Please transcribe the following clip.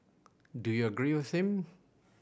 do you agree with him